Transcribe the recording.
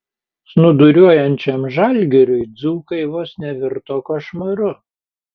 snūduriuojančiam žalgiriui dzūkai vos nevirto košmaru